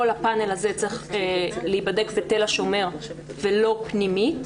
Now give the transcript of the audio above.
הפאנל הזה צריך להיבדק בתל השומר ולא פנימית.